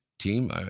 team